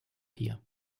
hier